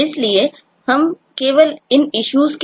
इसलिए हम केवल उन मुद्दों इश्यूज है